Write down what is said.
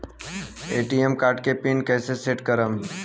ATM card के pin कैसे set करम?